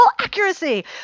accuracy